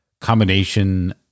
combination